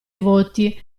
voti